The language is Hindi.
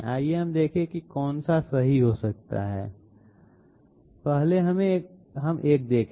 आइए हम देखें कि कौन सा सही हो सकता है पहले हमें एक देखें